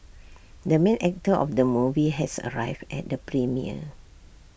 the main actor of the movie has arrived at the premiere